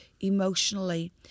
emotionally